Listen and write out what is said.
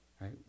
right